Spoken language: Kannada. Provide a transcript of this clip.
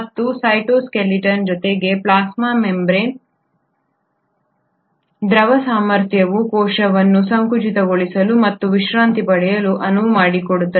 ಮತ್ತು ಈ ಸೈಟೋಸ್ಕೆಲಿಟನ್ ಜೊತೆಗೆ ಪ್ಲಾಸ್ಮಾ ಮೆಂಬರೇನ್ ದ್ರವ ಸಾಮರ್ಥ್ಯವು ಕೋಶವನ್ನು ಸಂಕುಚಿತಗೊಳಿಸಲು ಮತ್ತು ವಿಶ್ರಾಂತಿ ಪಡೆಯಲು ಅನುವು ಮಾಡಿಕೊಡುತ್ತದೆ